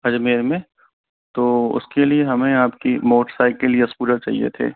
अजमेर में तो उसके लिए हमें आपकी मोटरसाइकिल या स्कूटर चाहिये थे